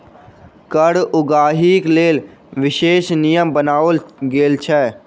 कर उगाहीक लेल विशेष नियम बनाओल गेल छै